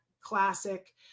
classic